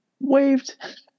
Waved